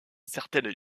certaines